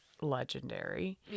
legendary